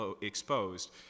exposed